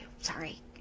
Sorry